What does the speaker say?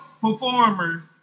performer